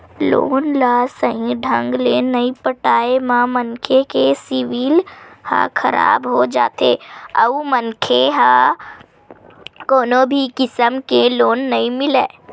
loan ल सहीं ढंग ले नइ पटाए म मनखे के सिविल ह खराब हो जाथे अउ मनखे ल कोनो भी किसम के लोन नइ मिलय